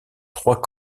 trois